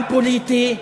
גם פוליטי,